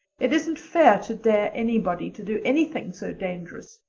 it isn't fair to dare anybody to do anything so dangerous.